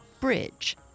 bridge